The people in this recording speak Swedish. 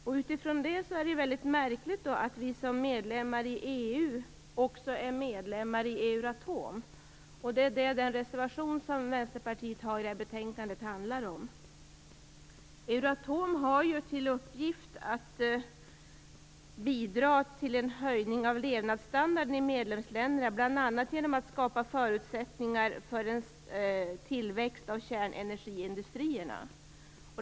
Med utgångspunkt i detta är det märkligt att Sverige som medlem i EU också är medlem i Euratom. Vänsterpartiets reservation till betänkandet handlar om detta. Euratom har till uppgift att bidra till en höjning av levnadsstandarden i medlemsländerna, bl.a. genom att skapa förutsättningar för en tillväxt av kärnenergiindustrierna.